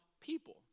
people